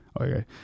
Okay